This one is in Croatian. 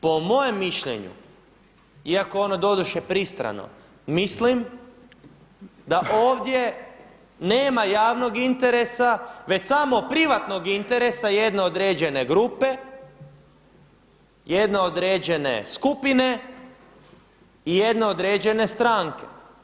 Po mojem mišljenju, iako je ono doduše pristrano, mislim da ovdje nema javnog interesa, već samo privatnog interesa jedne određene grupe jedne određene skupine i jedne određene stranke.